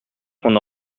qu’on